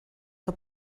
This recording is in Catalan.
que